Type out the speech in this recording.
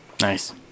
Nice